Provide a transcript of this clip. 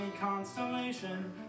constellation